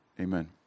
amen